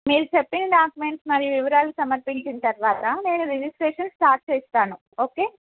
మీరు చెప్పిన డాక్యుమెంట్స్ మరియు వివరాలు సమర్పించిన తర్వాత నేను రిజిస్ట్రేషన్ స్టార్ట్ చేస్తాను ఓకే